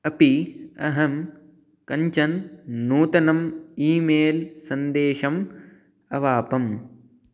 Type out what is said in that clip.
अपि अहं कञ्चन नूतनम् ईमेल् सन्देशम् अवापम्